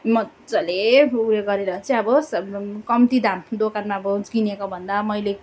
मजाले उयो गरेर चाहिँ अब सम्भव कम्ती दाम दोकानमा अब किनेको भन्दा मैले